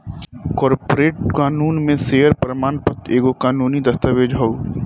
corporate कानून में share प्रमाण पत्र एगो कानूनी दस्तावेज हअ